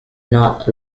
not